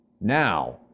Now